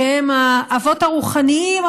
שהם האבות הרוחניים,